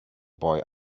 boy